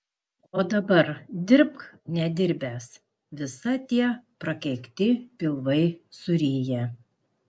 o dabar dirbk nedirbęs visa tie prakeikti pilvai suryja